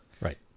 right